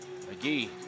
McGee